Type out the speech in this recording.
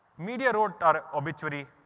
media wrote our obituary.